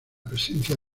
presencia